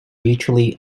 mutually